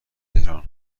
تهران